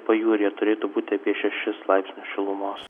pajūryje turėtų būti apie šešis laipsnius šilumos